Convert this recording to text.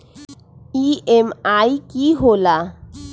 EMI की होला?